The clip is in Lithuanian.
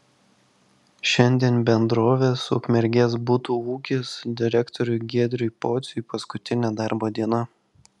šiandien bendrovės ukmergės butų ūkis direktoriui giedriui pociui paskutinė darbo diena